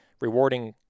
rewarding